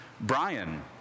Brian